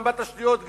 גם בתשתיות,